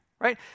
right